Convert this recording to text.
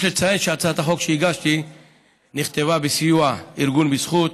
יש לציין כי הצעת החוק שהגשתי נכתבה בסיוע ארגון בזכות,